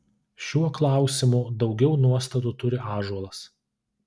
šiuo klausimu daugiau nuostatų turi ąžuolas